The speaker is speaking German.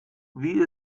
wie